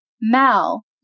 Mal